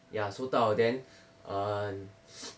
ya 收到 then err